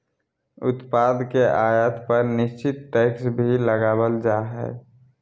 उत्पाद के आयात पर निश्चित टैक्स भी लगावल जा हय